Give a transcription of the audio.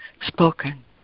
spoken